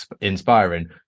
inspiring